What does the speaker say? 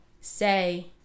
say